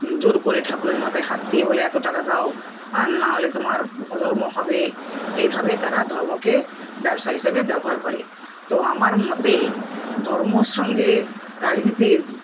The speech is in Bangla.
জোর করে ঠাকুরের মাথায় হাত দিয়ে বলে এত টাকা দাও হাঁ না হলে তোমার অধর্ম হবে এইভাবে তারা ধর্মকে ব্যবসা হিসাবে ব্যবহার করে তো আমার মতে ধর্মর সঙ্গে রাজনীতির